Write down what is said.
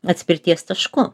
atspirties tašku